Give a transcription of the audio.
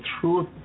truth